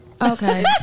Okay